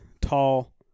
tall